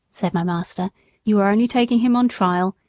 said my master you are only taking him on trial,